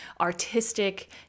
artistic